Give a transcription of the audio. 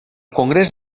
congrés